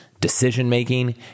decision-making